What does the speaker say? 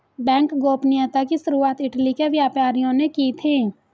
bank गोपनीयता की शुरुआत इटली के व्यापारियों ने की थी